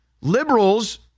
Liberals